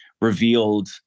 revealed